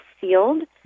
sealed